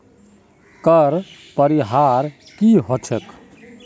कर परिहार की ह छेक